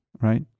right